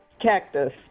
Cactus